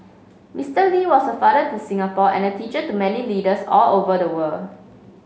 Mister Lee was a father to Singapore and teacher to many leaders all over the world